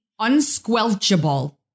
unsquelchable